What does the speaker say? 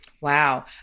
wow